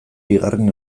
bigarren